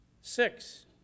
Six